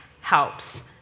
helps